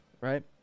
right